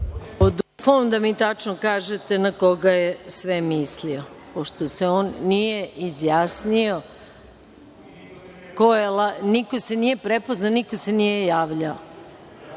Molim da mi tačno kažete na koga je sve mislio? Pošto se on nije izjasnio. Niko se nije prepoznao, niko se nije javljao.(Boško